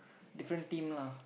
different team lah